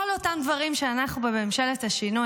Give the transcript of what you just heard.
כל אותם דברים שאנחנו בממשלת השינוי,